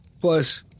Plus